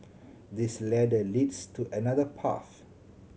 this ladder leads to another path